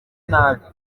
nabi